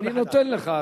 אני נותן לך.